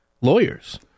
lawyers